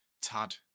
Tad